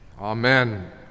Amen